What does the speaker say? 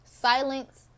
Silence